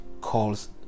calls